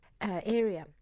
area